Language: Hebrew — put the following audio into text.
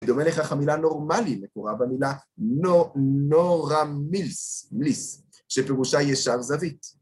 דומה לכך המילה נורמלי, מקורה במילה נורמילס, מילס, שפירושה ישר זווית.